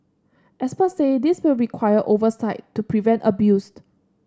experts say this will require oversight to prevent abused